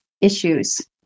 issues